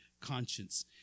conscience